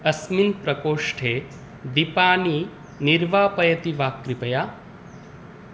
अस्मिन् प्रकोष्ठे दीपानि निर्वापयति वा कृपया